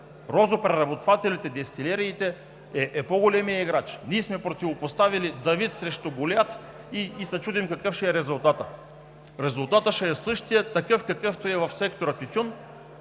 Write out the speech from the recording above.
Розопреработвателите, дестилериите са по-големият играч. Ние сме противопоставили Давид срещу Голиат и се чудим какъв ще е резултатът! Резултатът ще е същият – такъв, какъвто е в сектор „Тютюн“.